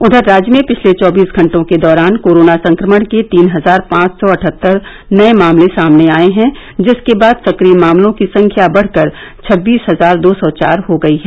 उधर राज्य में पिछले चौबीस घटों के दौरान कोरोना संक्रमण के तीन हजार पांच सौ अठहत्तर नए मामले सामने आए हैं जिसके बाद सक्रिय मामलों की संख्या बढ़कर छबीस हजार दो सौ चार हो गयी है